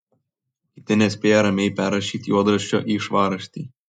kiti nespėja ramiai perrašyti juodraščio į švarraštį